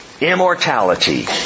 immortality